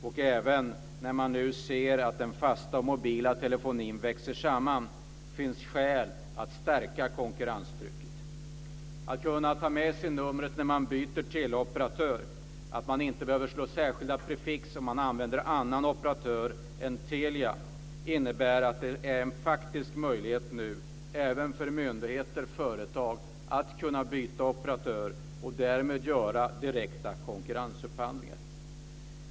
När man nu ser att den fasta och den mobila telefonin växer samman finns det skäl att stärka konkurrenstrycket. Att man kan ta med sig numret när man byter teleoperatör och att man inte behöver slå särskilda prefix om man använder annan operatör än Telia innebär att det nu är en faktisk möjlighet även för myndigheter och företag att byta operatör och därmed göra direkta konkurrensupphandlingar.